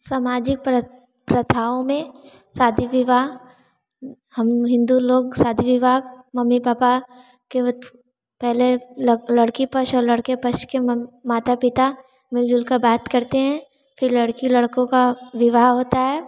समाजिक प्रथाओं में शादी विवाह हम हिंदू लोग शादी विवाह मम्मी पापा के पहले लड़की पक्ष और लड़के पक्ष के माता पिता मिलजुल कर बात करते हैं फिर लड़की लड़कों का विवाह होता है